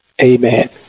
amen